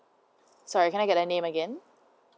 sorry can I get your name again